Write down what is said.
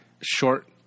Short